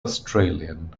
australian